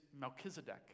Melchizedek